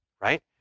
right